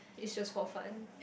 it should for fun